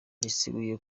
yiseguye